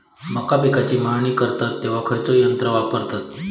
मका पिकाची मळणी करतत तेव्हा खैयचो यंत्र वापरतत?